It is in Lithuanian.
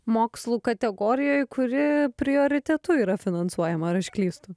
mokslų kategorijoj kuri prioritetu yra finansuojama ar aš klystu